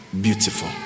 beautiful